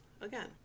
again